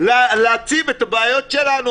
להציב את הבעיות שלנו.